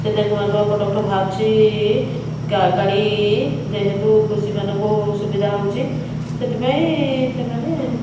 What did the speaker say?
ସେତେ ନୂଆ ନୂଆ ପ୍ରଡ଼କ୍ଟ ବାହାରୁଛି ଗାଡ଼ି ଯେହେତୁ କୃଷିମାନଙ୍କୁ ସୁବିଧା ହେଉଛି ସେଥିପାଇଁ ସେମାନେ